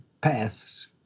paths